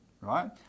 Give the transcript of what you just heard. right